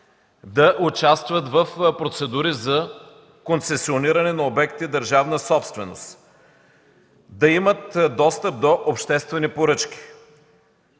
да участват в процедури за концесиониране на обекти – държавна собственост, да имат достъп до обществени поръчки.